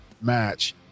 match